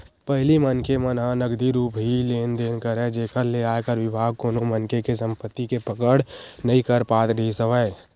पहिली मनखे मन ह नगदी रुप ही लेन देन करय जेखर ले आयकर बिभाग कोनो मनखे के संपति के पकड़ नइ कर पात रिहिस हवय